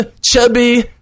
chubby